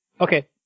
Okay